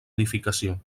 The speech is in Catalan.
edificació